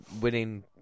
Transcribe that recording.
winning